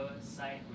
side